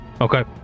Okay